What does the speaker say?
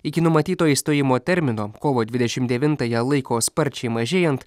iki numatyto išstojimo termino kovo dvidešimt devintąją laiko sparčiai mažėjant